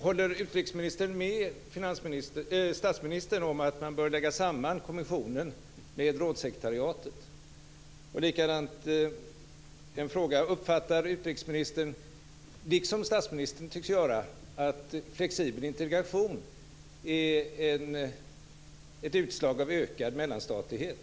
Håller utrikesministern med statsministern om att man bör lägga samman kommissionen med rådssekretariatet? Uppfattar utrikesministern, liksom statsministern tycks göra, att flexibel integration är ett utslag av ökad mellanstatlighet?